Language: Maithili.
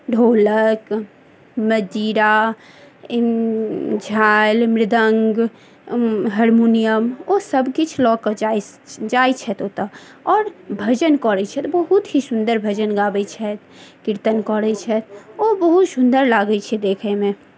ढोलक मजीरा झाल मृदङ्ग हरमोनियम ओ सभकिछु लऽ कऽ जाइ जाइ छथि ओतऽ आओर भजन करै छथि बहुत ही सुन्दर भजन गाबै छैथ कीर्तन करै छैथ ओ बहुत सुन्दर लागै छै देखैमे